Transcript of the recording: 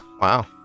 Wow